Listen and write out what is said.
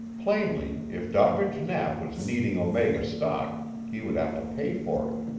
plainly, if doddridge knapp was needing omega stock he would have to pay for it.